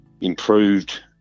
improved